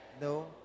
no